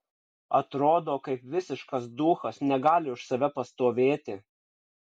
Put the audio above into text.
atrodo kaip visiškas duchas negali už save pastovėti